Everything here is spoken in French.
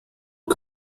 une